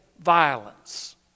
violence